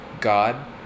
God